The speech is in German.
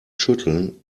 schütteln